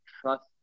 trust